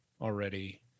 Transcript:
already